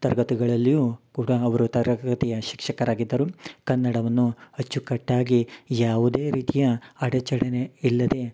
ತರಗತಿಗಳಲ್ಲಿಯೂ ಕೂಡ ಅವರು ತರಗತಿಯ ಶಿಕ್ಷಕರಾಗಿದ್ದರು ಕನ್ನಡವನ್ನು ಅಚ್ಚುಕಟ್ಟಾಗಿ ಯಾವುದೇ ರೀತಿಯ ಅಡಚಣೆ ಇಲ್ಲದೆ